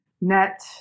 net